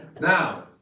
Now